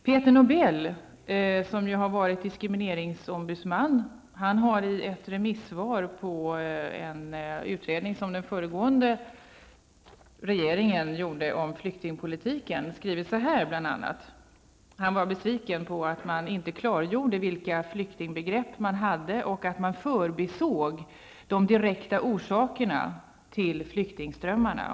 Peter Nobel, som varit diskrimineringsombudsman, har skrivit ett remissvar på en utredning som den föregående regeringen lät göra om flyktingpolitiken. Han var besviken på att man inte klargjorde vilka flyktingbegrepp man hade och att man förbisåg de direkta orsakerna till flyktingströmmarna.